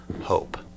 hope